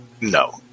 No